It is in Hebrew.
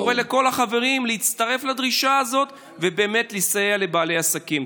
ואני קורא לכל החברים להצטרף לדרישה הזאת ובאמת לסייע לבעלי העסקים.